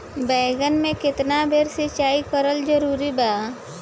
बैगन में केतना बेर सिचाई करल जरूरी बा?